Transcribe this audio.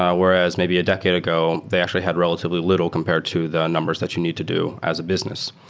ah whereas maybe a decade ago they actually had relatively little compared to the numbers that you need to do as a business.